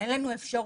ואין לנו אפשרות.."